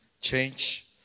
change